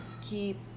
keep